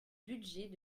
budget